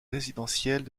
résidentielles